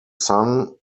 son